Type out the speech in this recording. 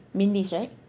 Mindy's right